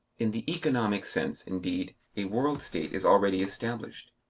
in the economic sense, indeed, a world-state is already established.